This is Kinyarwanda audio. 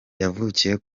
yavukiye